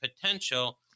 potential